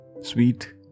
sweet